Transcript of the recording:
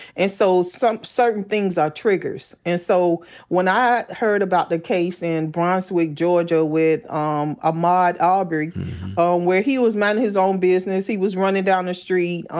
so so certain things are triggers. and so when i heard about the case in brunswick, georgia with um ahmaud arbery um where he was minding his own business, he was running down the street,